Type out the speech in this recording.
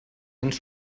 ens